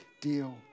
deal